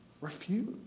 refuse